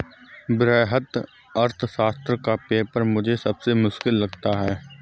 वृहत अर्थशास्त्र का पेपर मुझे सबसे मुश्किल लगता है